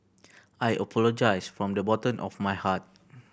I apologize from the bottom of my heart